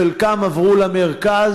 חלקם עברו למרכז,